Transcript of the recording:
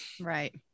right